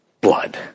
Blood